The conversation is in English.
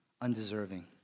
Undeserving